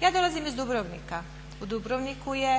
Ja dolazim iz Dubrovnika u Dubrovniku je